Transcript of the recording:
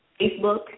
Facebook